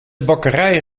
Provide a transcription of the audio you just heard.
bakkerij